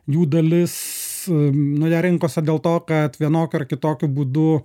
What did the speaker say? jų dalis nu ją rinkosi dėl to kad vienokiu ar kitokiu būdu